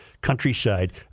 Countryside